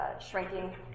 Shrinking